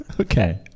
Okay